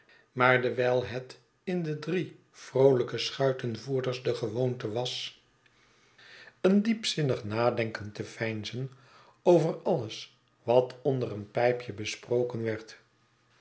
maar dewijl het in de drie vro olijke schuitenvoerders degewoontewas een diepzinnig nadenken te veinzen over alles wat onder een pijpje besproken werd